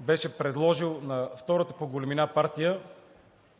беше предложил на втората по големина партия